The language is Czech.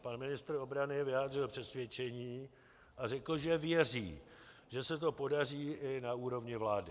Pan ministr obrany vyjádřil přesvědčení a řekl, že věří, že se to podaří i na úrovni vlády.